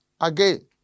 again